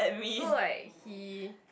so like he